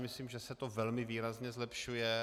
Myslím si, že se to velmi výrazně zlepšuje.